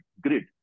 grid